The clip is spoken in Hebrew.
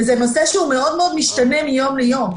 וזה נושא שהוא מאוד מאוד משתנה מיום ליום.